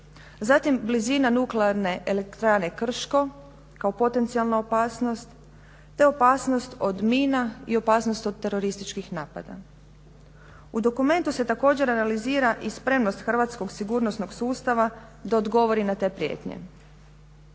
zatim blizina NE Krško kao potencijalna opasnost te opasnost od mina i opasnost od terorističkih napada. U dokumentu se također analizira i spremnost hrvatskog sigurnosnog sustava da odgovori na te prijetnje.